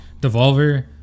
Devolver